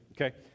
okay